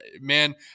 man